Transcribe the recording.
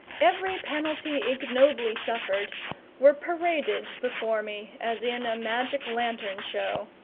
every penalty ignobly suffered were paraded before me as in a magic-lantern show.